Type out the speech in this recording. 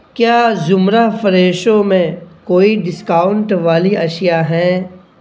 کیا زمرہ فریشو میں کوئی ڈسکاؤنٹ والی اشیاء ہے